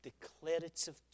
declarative